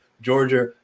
Georgia